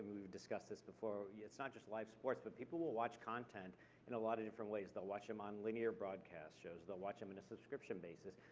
we've discussed this before, it's not just live sports, but people will watch content in a lot of different ways. they'll watch them on linear broadcast shows, they'll watch them in a subscription basis.